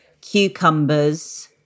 cucumbers